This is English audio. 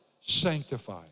Sanctify